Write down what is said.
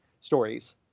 stories